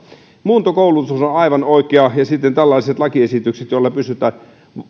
muuntokoulutus on on aivan oikea ja sitten tällaiset lakiesitykset joilla